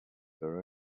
their